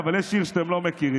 אבל יש שיר שאתם לא מכירים.